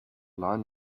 line